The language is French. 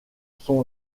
son